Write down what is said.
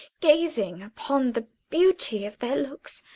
gazing upon the beauty of their looks.